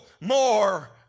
more